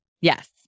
Yes